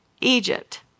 Egypt